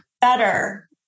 better